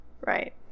Right